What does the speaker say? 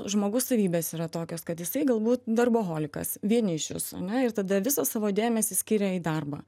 žmogaus savybės yra tokios kad jisai galbūt darboholikas vienišius ar ne ir tada visą savo dėmesį skiria į darbą